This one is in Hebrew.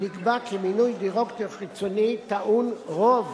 נקבע כי מינוי דירקטור חיצוני טעון רוב